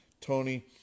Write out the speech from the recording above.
Tony